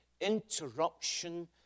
interruption